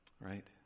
Right